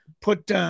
put